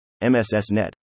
MSSNet